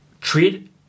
treat